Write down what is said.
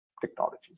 technologies